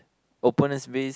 opponent's base